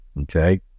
okay